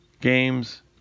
Games